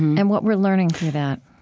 and what we're learning through that